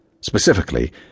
specifically